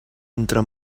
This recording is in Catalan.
entra